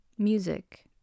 Music